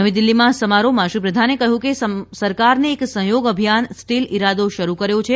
નવી દિલ્ફીમાં સમારોહમાં શ્રી પ્રધાને કહ્યું કે સરકારને એક સહયોગ અભિયાન સ્ટીલ ઇરાદો શરુ કર્યો છે